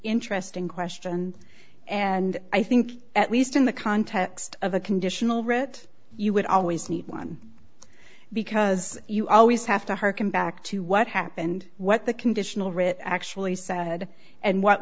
interesting question and i think at least in the context of a conditional writ you would always need one because you always have to hearken back to what happened what the conditional writ actually said and what